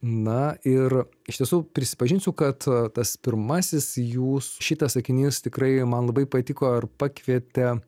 na ir iš tiesų prisipažinsiu kad tas pirmasis jūs šitas sakinys tikrai man labai patiko ir pakvietė